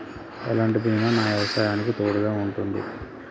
ఎలాంటి బీమా నా వ్యవసాయానికి తోడుగా ఉంటుంది?